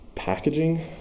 packaging